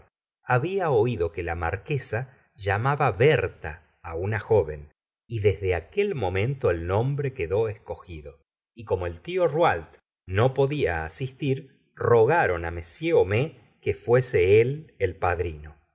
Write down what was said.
había oído que la marquesa llamaba berta una joven y desde aquel momento el nombre quedó escogido y como el tío rouault no podía asistir rogaron á m homais que fuese el padrino